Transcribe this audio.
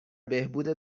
بهبود